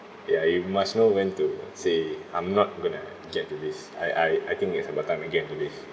ya you must know when to say I'm not going to get to this I I I think it's about time I can't do this